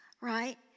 right